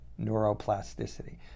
neuroplasticity